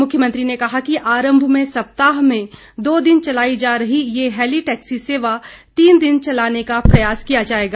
मुख्यमंत्री ने कहा कि आरंभ में सप्ताह में दो दिन चलाई जा रही ये हेलीटैक्सी सेवा तीन दिन चलाने का प्रयास होगा